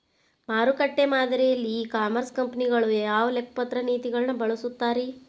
ಮಾರುಕಟ್ಟೆ ಮಾದರಿಯಲ್ಲಿ e commerce ಕಂಪನಿಗಳು ಯಾವ ಲೆಕ್ಕಪತ್ರ ನೇತಿಗಳನ್ನ ಬಳಸುತ್ತಾರಿ?